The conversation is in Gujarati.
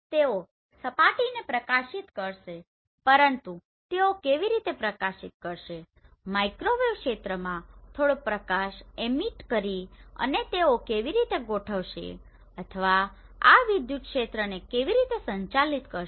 તેઓ સપાટીને પ્રકાશિત કરશે પરંતુ તેઓ કેવી રીતે પ્રકાશિત કરશે માઇક્રોવેવ ક્ષેત્રમાં થોડો પ્રકાશ એમીટ કરી અને તેઓ કેવી રીતે ગોઠવાશે અથવા આ વિદ્યુત ક્ષેત્રને કેવી રીતે સંચાલિત કરશે